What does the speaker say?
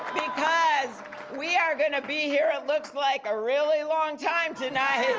because we are going to be here it looks like a really long time tonight,